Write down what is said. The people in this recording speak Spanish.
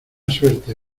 suerte